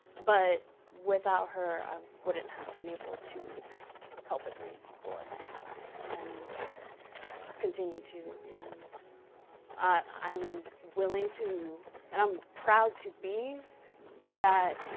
but without her, i wouldn't have been able to help as many people as i have, and continue to and i'm willing to and i'm proud to be that